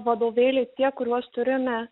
vadovėliai tie kuriuos turime